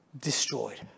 destroyed